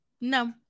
No